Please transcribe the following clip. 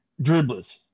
Dribblers